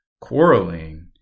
quarreling